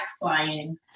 flying